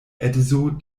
edzo